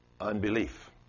Unbelief